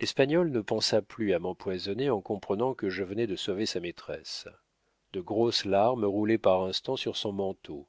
l'espagnol ne pensa plus à m'empoisonner en comprenant que je venais de sauver sa maîtresse de grosses larmes roulaient par instants sur son manteau